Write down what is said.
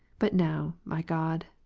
but now, my god,